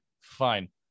Fine